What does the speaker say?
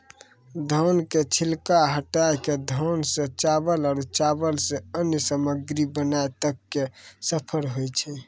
धान के छिलका हटाय कॅ धान सॅ चावल आरो चावल सॅ अन्य सामग्री बनाय तक के सफर होय छै